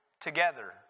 together